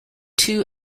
two